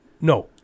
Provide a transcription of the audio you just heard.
no